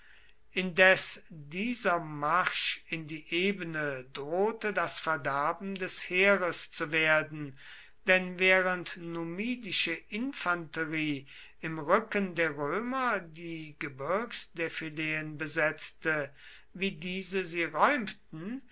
indes dieser marsch in der ebene drohte das verderben des heeres zu werden denn während numidische infanterie im rücken der römer die gebirgsdefileen besetzte wie diese sie räumten